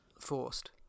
forced